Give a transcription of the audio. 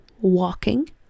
walking